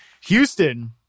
Houston